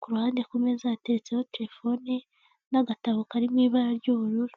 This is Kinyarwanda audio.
ku ruhande ku meza yatetseho telefone n'agatabo karirimo ibara ry'ubururu.